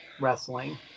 wrestling